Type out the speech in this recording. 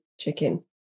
chicken